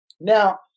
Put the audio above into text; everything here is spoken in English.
Now